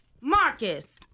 Marcus